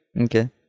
Okay